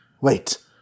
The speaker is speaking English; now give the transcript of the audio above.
Wait